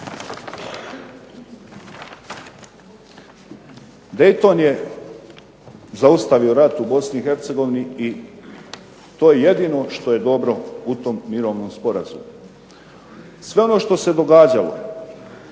Dayton je zaustavio rat u Bosni i Hercegovini i to je jedino što je dobro u tom mirovnom sporazumu. Sve ono što se događalo